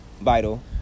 vital